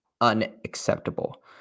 unacceptable